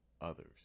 others